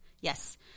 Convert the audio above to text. Yes